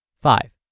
Five